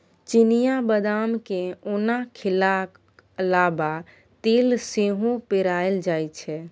चिनियाँ बदाम केँ ओना खेलाक अलाबा तेल सेहो पेराएल जाइ छै